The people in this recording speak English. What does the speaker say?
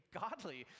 godly